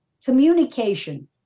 Communication